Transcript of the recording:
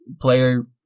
player